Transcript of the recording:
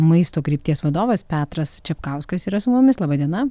maisto krypties vadovas petras čepkauskas yra su mumis laba diena